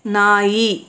ನಾಯಿ